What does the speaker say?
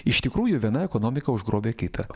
iš tikrųjų viena ekonomika užgrobia kitą